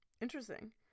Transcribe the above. Interesting